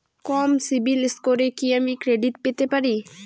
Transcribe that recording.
কম CIBIL স্কোরে কি আমি ক্রেডিট পেতে পারি?